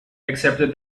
accepted